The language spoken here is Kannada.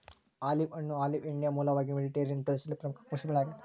ಆಲಿವ್ ಹಣ್ಣು ಆಲಿವ್ ಎಣ್ಣೆಯ ಮೂಲವಾಗಿ ಮೆಡಿಟರೇನಿಯನ್ ಪ್ರದೇಶದಲ್ಲಿ ಪ್ರಮುಖ ಕೃಷಿಬೆಳೆ ಆಗೆತೆ